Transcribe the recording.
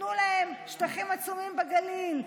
תנו להם שטחים עצומים בגליל,